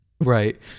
Right